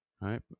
Right